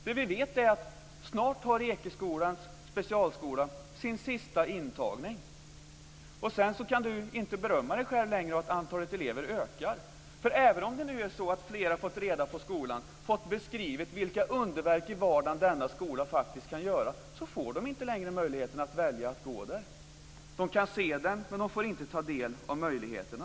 Det vi vet är att snart har Ekeskolan som specialskola sin sista intagning. Sedan kan inte Hans Karlsson berömma sig själv längre för att antalet elever ökar. Även om det nu är så att fler har fått reda på skolan, och fått beskrivet vilka underverk i vardagen denna skola faktiskt kan göra, får de inte längre möjligheten att välja att gå där. De kan se den, men de får inte ta del av möjligheterna.